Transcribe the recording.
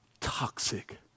toxic